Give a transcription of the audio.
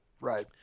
Right